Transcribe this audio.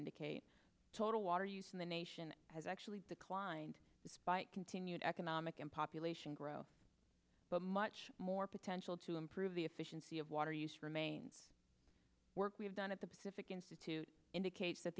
indicate total water use in the nation has actually declined despite continued economic and population growth but much more potential to improve the efficiency of water use remains work we've done at the pacific institute indicates that